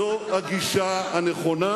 זו הגישה הנכונה,